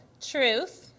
Truth